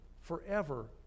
forever